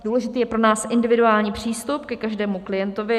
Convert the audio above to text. Důležitý je pro nás individuální přístup ke každému klientovi.